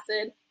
acid